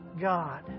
God